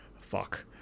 fuck